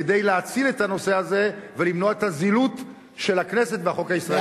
להציל את הנושא הזה ולמנוע את הזילות של הכנסת והחוק הישראלי.